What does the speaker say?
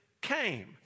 came